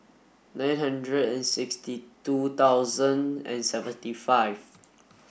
nine hundred and sixty two thousand and seventy five